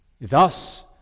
Thus